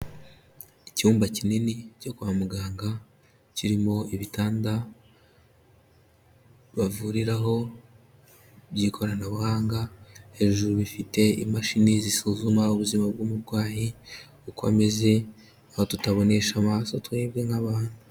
Icyumba kinini cyo kwa muganga, kirimo ibitanda bavuriraho by'ikoranabuhanga, hejuru bifite imashini zisuzuma ubuzima bw'umurwayi uko ameze, aho tutabonesha amasoso twebwe nk'abantu.